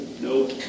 nope